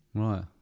Right